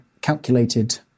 calculated